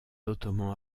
ottomans